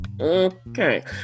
Okay